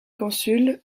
consul